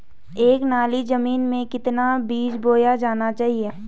एक नाली जमीन में कितना बीज बोया जाना चाहिए?